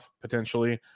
potentially